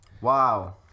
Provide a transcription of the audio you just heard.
Wow